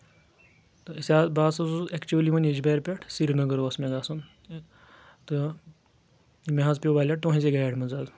تہٕ أسۍ حظ بہٕ حظ اوسُس ایکچُؤلی ییٚجبارِ پؠٹھ تہٕ سری نگر اوس مےٚ گژھُن تہٕ مےٚ حظ پیوٚو ولیٹ تُہٕنٛزِ گاڑِ منٛز حظ